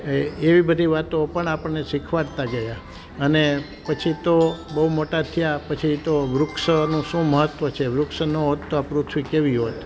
એ એવી બધી વાતો પણ આપણને શિખવાડતા ગયા અને પછી તો બહુ મોટા થયા પછીતો વૃક્ષનું શું મહત્વ છે વૃક્ષ ન હોત તો આ પૃથ્વી કેવી હોત